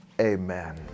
amen